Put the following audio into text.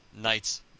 Knights